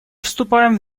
вступаем